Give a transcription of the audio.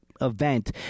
event